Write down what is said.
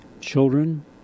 children